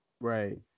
Right